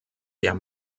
der